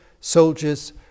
soldiers